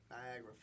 Niagara